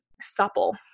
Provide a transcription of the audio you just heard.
supple